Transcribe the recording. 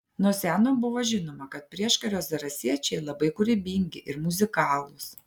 nuo seno buvo žinoma kad prieškario zarasiečiai labai kūrybingi ir muzikalūs